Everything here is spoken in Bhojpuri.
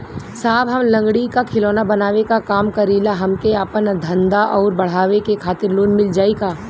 साहब हम लंगड़ी क खिलौना बनावे क काम करी ला हमके आपन धंधा अउर बढ़ावे के खातिर लोन मिल जाई का?